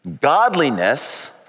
Godliness